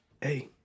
hey